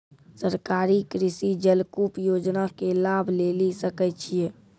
सरकारी कृषि जलकूप योजना के लाभ लेली सकै छिए?